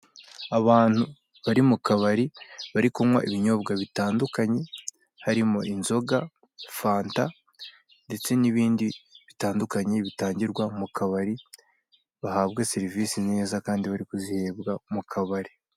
Abantu bari mu kabari, bari kunywa ibinyobwa bitandukanye, harimo inzoga, fanta, ndetse n'ibindi bitandukanye bitangirwa mu kabari, bahabwe serivisi neza, kandi bari kuzihebwa mu kabari.